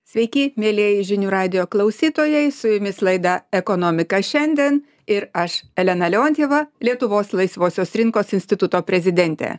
sveiki mielieji žinių radijo klausytojai su jumis laida ekonomika šiandien ir aš elena leontjeva lietuvos laisvosios rinkos instituto prezidentė